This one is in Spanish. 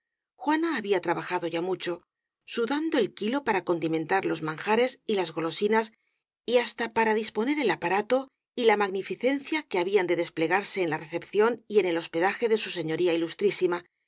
juana había trabajado ya mucho sudando el quilo para condimentar los manjares y las golosi nas y hasta para disponer el aparato y la magnifi cencia que habían de desplegarse en la recepción y en el hospedaje de su señoría ilustrísima